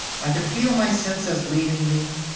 i could feel my senses leaving me.